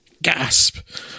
Gasp